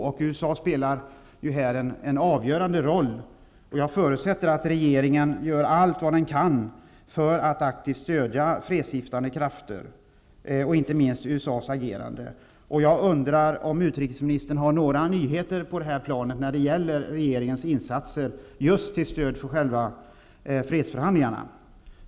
USA spelar i detta sammanhang en avgörande roll, och jag förutsätter att regeringen gör allt vad den kan för att aktivt stödja fredsstiftande krafter, inte minst USA:s agerande. Har utrikesministern några nyheter när det gäller regeringens insatser just till stöd för själva fredsförhandlingarna?